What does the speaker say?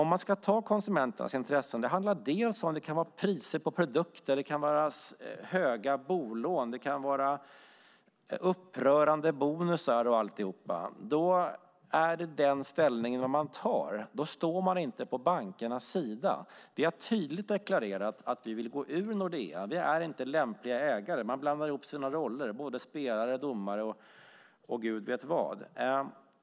Om man ska ta till vara konsumenternas intresse kan det handla om priser på produkter, höga bolån, upprörande bonusar och alltihop, och då tar man den ställningen och står inte på bankernas sida. Vi har tydligt deklarerat att vi vill gå ur Nordea. Vi är inte lämpliga ägare. Man blandar ihop sina roller och är både spelare och domare och Gud vet vad.